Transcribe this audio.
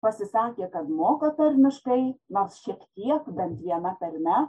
pasisakė kad moka tarmiškai nors šiek tiek bent viena tarme